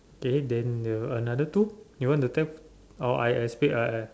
okay then they will another two you want to take or I I speak I I